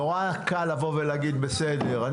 נורא קל לבוא ולהגיד בסדר.